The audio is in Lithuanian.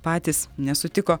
patys nesutiko